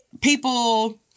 people